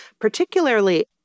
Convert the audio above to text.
particularly